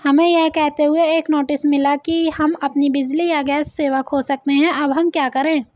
हमें यह कहते हुए एक नोटिस मिला कि हम अपनी बिजली या गैस सेवा खो सकते हैं अब हम क्या करें?